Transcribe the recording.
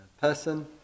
person